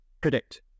predict